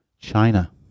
China